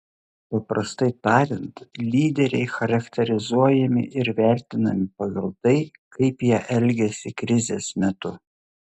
paprastai tariant lyderiai charakterizuojami ir vertinami pagal tai kaip jie elgiasi krizės metu